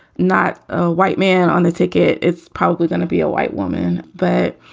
not a white man on the ticket. it's probably going to be a white woman. but,